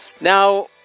Now